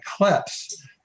eclipse